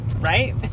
right